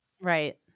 Right